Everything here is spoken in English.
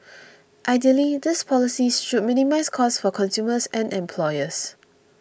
ideally these policies should minimise cost for consumers and employers